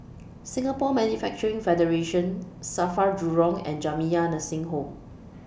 Singapore Manufacturing Federation SAFRA Jurong and Jamiyah Nursing Home